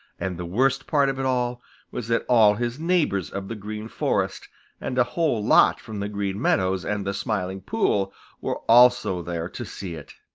and the worst part of it all was that all his neighbors of the green forest and a whole lot from the green meadows and the smiling pool were also there to see it.